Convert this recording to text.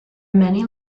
many